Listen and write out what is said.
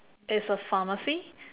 is a pharmacy